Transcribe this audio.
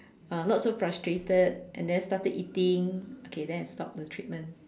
uh not so frustrated and then started eating okay then I stop the treatment